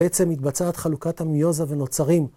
בעצם מתבצעת חלוקת המיוזה ונוצרים.